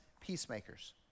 peacemakers